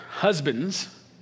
Husbands